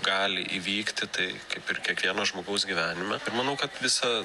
gali įvykti tai kaip ir kiekvieno žmogaus gyvenime ir manau kad visa